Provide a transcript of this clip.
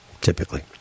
typically